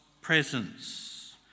presence